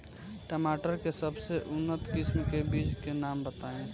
टमाटर के सबसे उन्नत किस्म के बिज के नाम बताई?